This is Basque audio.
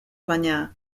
baina